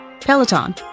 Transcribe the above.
Peloton